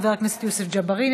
חבר הכנסת יוסף ג'בארין,